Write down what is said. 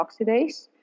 oxidase